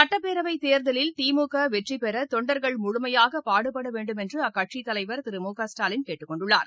சுட்ப்பேரவைத்தேர்தலில் திமுகவெற்றிபெறதொண்டர்கள் முழுமையாகபாடுபடவேண்டும் என்றுஅக்கட்சிதலைவர் திரு மு க ஸ்டாலின் கேட்டுக்கொண்டுள்ளார்